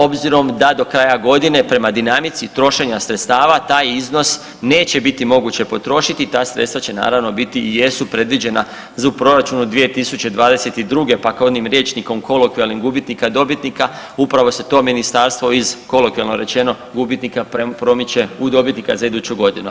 Obzirom da do kraja godine prema dinamici trošenja sredstava taj iznos neće biti moguće potrošiti, ta sredstva će naravno biti i jesu predviđena za … [[Govornik se ne razumije]] u proračunu 2022., pa kad onim rječnikom kolokvijalnim gubitnika dobitnika upravo se to ministarstvo iz kolokvijalno rečeno gubitnika promiče u dobitnika u iduću godinu.